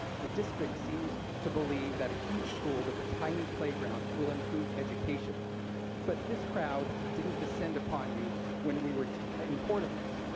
the district seems to believe that a huge school with a tiny playground will improve education but this crowd didn't descend upon you when we were in portables.